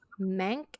Mank